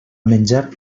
menjar